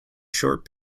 short